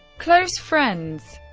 close friends